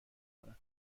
کنم